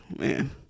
man